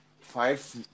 five